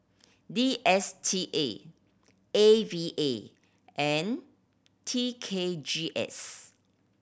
D S T A A V A and T K G S